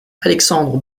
alexandre